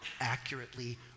accurately